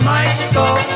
Michael